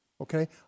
Okay